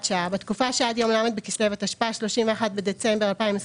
בתקופה שעד יום ל' בכסלו התשפ"ה (31 בדצמבר 2024)